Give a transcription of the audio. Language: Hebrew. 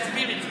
תסביר את זה.